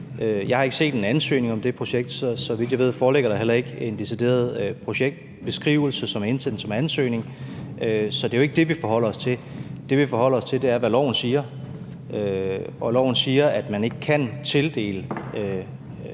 Jeg har ikke set en ansøgning om det projekt, og så vidt jeg ved foreligger der heller ikke en decideret projektbeskrivelse, som er indsendt som ansøgning. Så det er jo ikke det, vi forholder os til. Det, vi forholder os til, er, hvad loven siger, og loven siger, at man ikke kan tildele